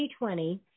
2020